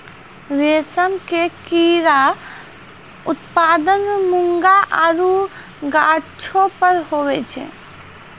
रेशम के कीड़ा उत्पादन मूंगा आरु गाछौ पर हुवै छै